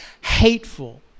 hateful